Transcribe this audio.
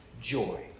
joy